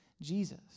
Jesus